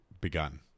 begun